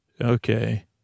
okay